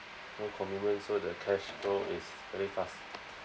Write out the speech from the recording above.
no commitment so the cash flow is very fast